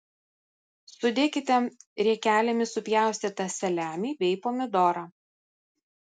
sudėkite riekelėmis supjaustytą saliamį bei pomidorą